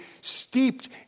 steeped